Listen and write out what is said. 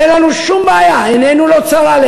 אין לנו שום בעיה, עיננו לא צרה.